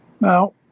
Now